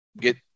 get